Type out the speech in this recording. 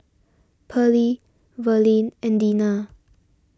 Perley Verlene and Dina